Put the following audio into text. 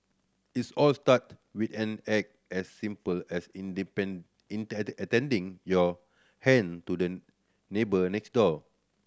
its all start with an act as simple as your hand to the neighbour next door